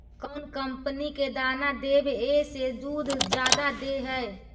कौन कंपनी के दाना देबए से दुध जादा दे है?